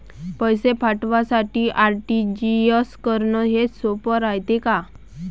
पैसे पाठवासाठी आर.टी.जी.एस करन हेच सोप रायते का?